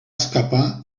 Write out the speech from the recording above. escapar